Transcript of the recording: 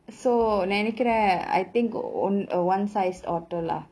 so நெனக்கிறேன்:nenakiraen I think on~ uh one sized otter lah